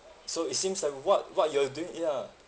so it seems like what what you're doing ya